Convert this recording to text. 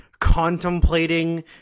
contemplating